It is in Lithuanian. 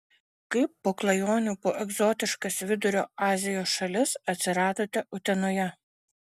kaip po klajonių po egzotiškas vidurio azijos šalis atsiradote utenoje